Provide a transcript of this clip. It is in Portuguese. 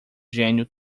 gênio